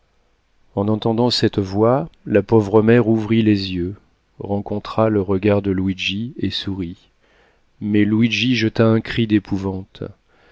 en entendant cette voix la pauvre mère ouvrit les yeux rencontra le regard de luigi et sourit mais luigi jeta un cri d'épouvante